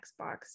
xbox